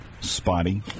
spotty